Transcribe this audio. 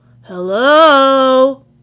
Hello